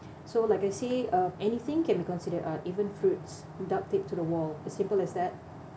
so like I said uh anything can be considered art even fruits duct taped to the wall as simple as that